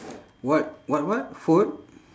what what what food